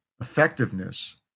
effectiveness